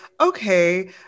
okay